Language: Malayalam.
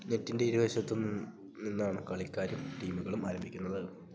നെറ്റിൻ്റെ ഇരുവശത്തും നിന്നാണ് കളിക്കാരും ടീമുകളും ആരംഭിക്കുന്നത്